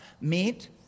meet